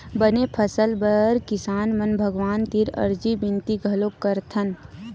बने फसल बर किसान मन भगवान तीर अरजी बिनती घलोक करथन